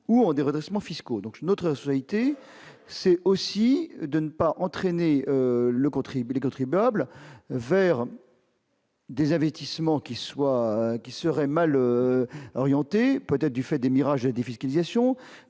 subissent des redressements fiscaux. Notre responsabilité consiste aussi à ne pas entraîner les contribuables vers des investissements mal orientés, peut-être du fait des mirages de la défiscalisation.